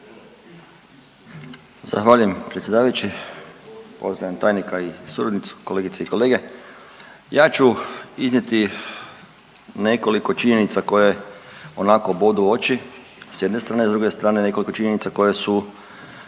Zahvaljujem predsjedavajući, pozdravljam tajnika i suradnicu, kolegice i kolege. Ja ću iznijeti nekoliko činjenica koje onako bodu u oči s jedne strane, s druge strane, nekoliko činjenica koje su